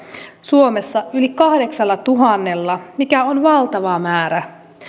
suomessa yli kahdeksallatuhannella mikä on valtava määrä